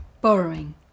Borrowing